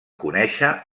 conèixer